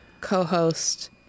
co-host